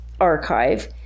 archive